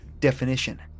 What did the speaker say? definition